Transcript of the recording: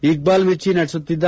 ಇಕ್ಲಾಲ್ ಮಿರ್ಚಿ ನಡೆಸುತ್ತಿದ್ದ